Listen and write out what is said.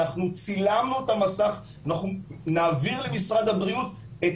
אנחנו צילמנו את המסך אנחנו נעביר למשרד הבריאות את